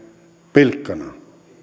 pilkkanaan